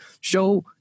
show